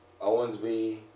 Owensby